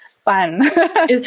fun